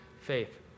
faith